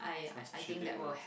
what's chilling ah